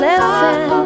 Listen